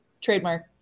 Trademark